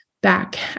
back